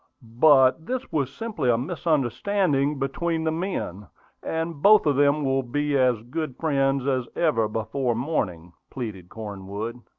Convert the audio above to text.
but this was simply a misunderstanding between the men and both of them will be as good friends as ever before morning, pleaded cornwood.